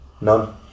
None